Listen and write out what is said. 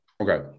Okay